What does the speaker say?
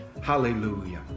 Hallelujah